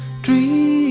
Dream